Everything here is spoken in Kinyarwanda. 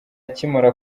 akimara